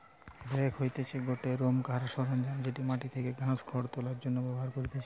rake হতিছে গটে রোকমকার সরঞ্জাম যেটি মাটি থেকে ঘাস, খড় তোলার জন্য ব্যবহার করতিছে